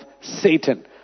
Satan